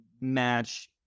match